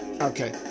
Okay